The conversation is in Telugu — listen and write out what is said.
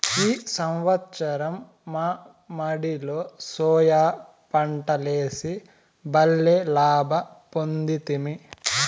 ఈ సంవత్సరం మా మడిలో సోయా పంటలేసి బల్లే లాభ పొందితిమి